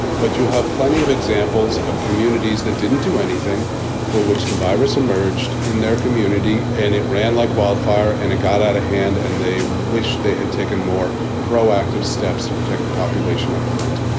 but you have plenty of examples of communities that didn't do anything for which the virus emerged in their community and it ran like wildfire and it got out of hand and they wish they had taken more proactive steps to protect the population up front.